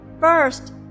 First